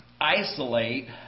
isolate